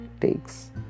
takes